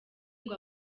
ngo